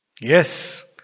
Yes